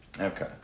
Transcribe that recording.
okay